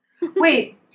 Wait